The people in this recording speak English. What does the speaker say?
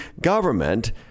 government